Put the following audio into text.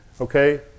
okay